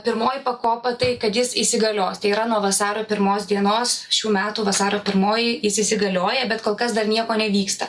pirmoji pakopa tai kad jis įsigalios tai yra nuo vasario pirmos dienos šių metų vasario pirmoji jis įsigalioja bet kol kas dar nieko nevyksta